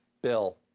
bill.